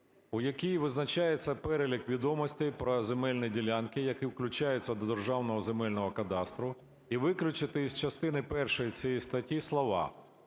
в якій визначається перелік відомостей про земельні ділянки, які включаються до Державного земельного кадастру, і виключити із частини першої цієї статті слова: